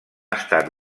estat